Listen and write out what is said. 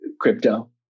crypto